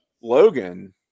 Logan